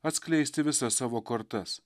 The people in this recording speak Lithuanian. atskleisti visas savo kortas